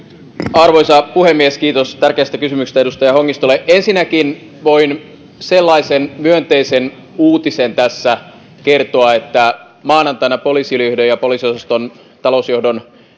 arvoisa puhemies kiitos tärkeästä kysymyksestä edustaja hongistolle ensinnäkin voin sellaisen myönteisen uutisen tässä kertoa että maanantaina poliisiylijohdon ja poliisiosaston talousjohdon